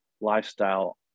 lifestyle